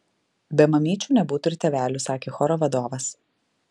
be mamyčių nebūtų ir tėvelių sakė choro vadovas